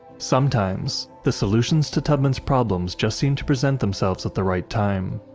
sometimes, the solutions to tubman's problems just seemed to present themselves at the right time.